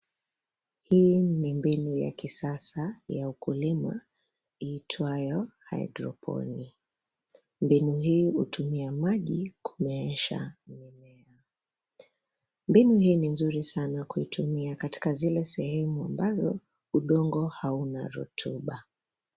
Hii ni mbinu ya kisasa ya ukulima itwayo hydroponics mbinu hii utumia maji kumeesha mimea, mbinu ii ni nzuri sana kuitumia katika zile sehemu ambazo udongo hauna rutuba.